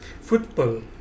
football